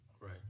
right